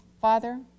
father